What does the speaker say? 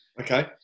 Okay